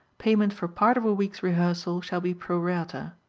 payment for part of a week's rehearsal shall be pro rata.